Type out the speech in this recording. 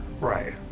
Right